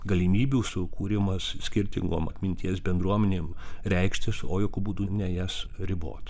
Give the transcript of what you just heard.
galimybių sukūrimas skirtingom atminties bendruomenėm reikštis o jokiu būdu ne jas ribot